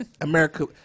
America